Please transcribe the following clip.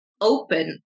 open